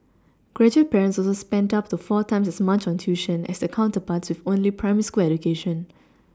graduate parents also spent up to four times as much on tuition as the counterparts with only primary school education